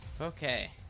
Okay